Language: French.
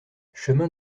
chemin